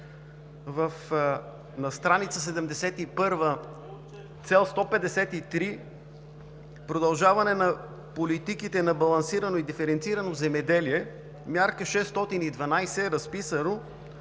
на страница 71, Цел 153 – Продължаване на политиките на балансирано и диференцирано земеделие, Мярка 612, е разписано: